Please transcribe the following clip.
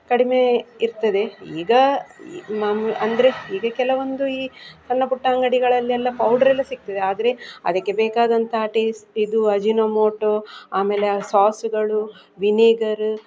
ಕಡಿಮೆ ಇರ್ತದೆ ಈಗ ಅಂದರೆ ಈಗ ಕೆಲವೊಂದು ಈ ಸಣ್ಣ ಪುಟ್ಟ ಅಂಗಡಿಗಳಲ್ಲಿ ಎಲ್ಲ ಪೌಡ್ರೆಲ್ಲ ಸಿಕ್ತದೆ ಆದರೆ ಅದಕ್ಕೆ ಬೇಕಾದಂಥ ಟೇಸ್ಟ್ ಇದು ಅಜಿನೋಮೋಟೋ ಆಮೇಲೆ ಆ ಸೋಸ್ಗಳು ವಿನೆಗರ್